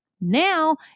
Now